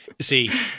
see